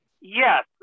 Yes